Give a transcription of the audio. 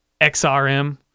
XRM